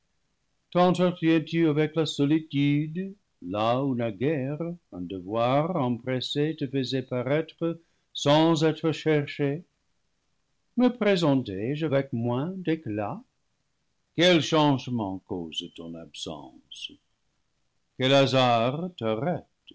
avec la solitude là où naguère un devoir empressé te faisait paraître sans être cherché me présenté je avec moins d'éclat quel changement cause ton absence quel hasard t'arrête